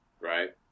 right